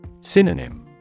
Synonym